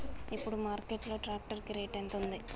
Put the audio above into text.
ఇప్పుడు మార్కెట్ లో ట్రాక్టర్ కి రేటు ఎంత ఉంది?